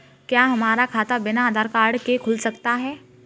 क्या हमारा खाता बिना आधार कार्ड के खुल सकता है?